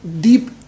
deep